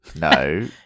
No